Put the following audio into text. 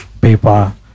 paper